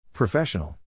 Professional